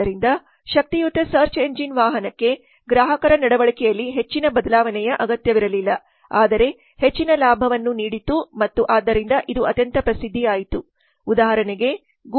ಆದ್ದರಿಂದ ಶಕ್ತಿಯುತ search engine ವಾಹನಕ್ಕೆ ಗ್ರಾಹಕರ ನಡವಳಿಕೆಯಲ್ಲಿ ಹೆಚ್ಚಿನ ಬದಲಾವಣೆಯ ಅಗತ್ಯವಿರಲಿಲ್ಲ ಆದರೆ ಹೆಚ್ಚಿನ ಲಾಭವನ್ನು ನೀಡಿತು ಮತ್ತು ಆದ್ದರಿಂದ ಇದು ಅತ್ಯoತ ಪ್ರಸಿದ್ಧಿ ಆಯಿತು ಉದಾಹರಣೆಗೆ ಗೂಗಲ್